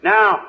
Now